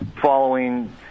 following